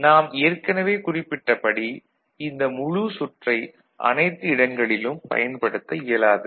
நாம் ஏற்கனவே குறிப்பிட்டபடி இந்த முழு சுற்றை அனைத்து இடங்களிலும் பயன்படுத்த இயலாது